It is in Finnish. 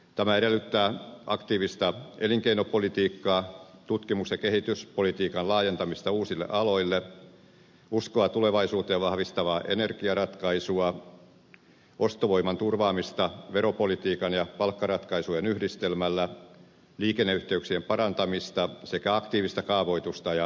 tämä edellyttää aktiivista elinkeinopolitiikkaa tutkimus ja kehityspolitiikan laajentamista uusille aloille uskoa tulevaisuuteen vahvistavaa energiaratkaisua ostovoiman turvaamista veropolitiikan ja palkkaratkaisujen yhdistelmällä liikenneyhteyksien parantamista sekä aktiivista kaavoitusta ja asuntopolitiikkaa